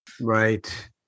Right